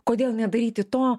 kodėl nedaryti to